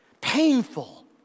painful